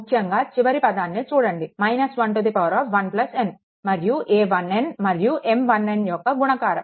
ముఖ్యంగా చివరి పదాన్ని చూడండి 11n మరియు a1n మరియు M1n యొక్క గుణకారం